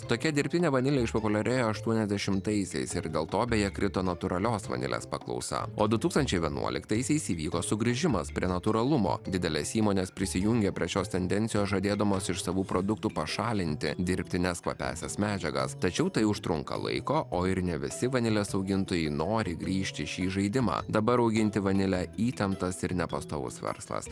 tokia dirbtine vanile išpopuliarėjo aštuoniasdešimtaisiais ir dėl to beje krito natūralios vanilės paklausa o du tūkstančiai vienuoliktaisiais įvyko sugrįžimas prie natūralumo didelės įmonės prisijungė prie šios tendencijos žadėdamos iš savų produktų pašalinti dirbtines kvapiąsias medžiagas tačiau tai užtrunka laiko o ir ne visi vanilės augintojai nori grįžti šį žaidimą dabar auginti vanile įtemptas ir nepastovus verslas